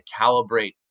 calibrate